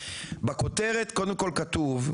בכותרת קודם כל כתוב,